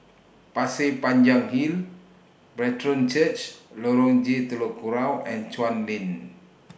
Pasir Panjang Hill Brethren Church Lorong J Telok Kurau and Chuan Lane